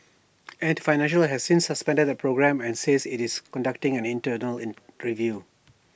ant financial has since suspended the programme and says IT is conducting an internal in preview